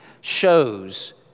shows